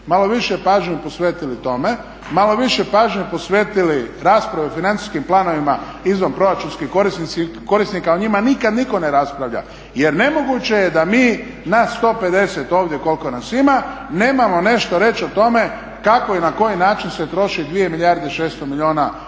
malo više pažnje posvetili tome, malo više pažnje posvetili raspravi o financijskim planovima izvanproračunskih korisnika. O njima nikad nitko ne raspravlja, jer nemoguće je da mi, nas 150 ovdje koliko nas ima nemamo nešto reći o tome kako i na koji način se troši 2 milijarde i 600 milijuna novaca